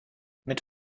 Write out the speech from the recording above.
mit